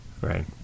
Right